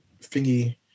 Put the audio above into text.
thingy